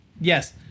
yes